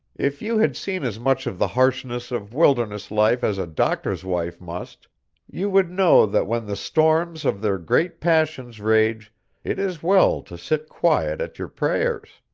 if you had seen as much of the harshness of wilderness life as a doctor's wife must you would know that when the storms of their great passions rage it is well to sit quiet at your prayers.